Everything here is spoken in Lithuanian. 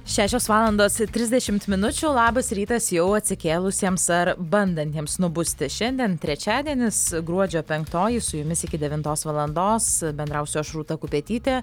šešios valandos trisdešimt minučių labas rytas jau atsikėlusiems ar bandantiems nubusti šiandien trečiadienis gruodžio penktoji su jumis iki devintos valandos bendrausiu aš rūta kupetytė